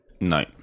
No